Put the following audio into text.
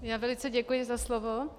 Já velice děkuji za slovo.